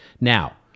Now